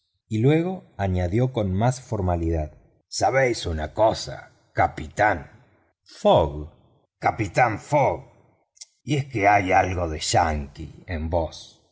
y luego añadió con más formalidad sabéis una cosa capitán fogg capitán fogg hay algo de yanqui en vos